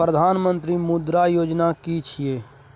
प्रधानमंत्री मुद्रा योजना कि छिए?